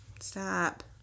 Stop